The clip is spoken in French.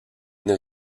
une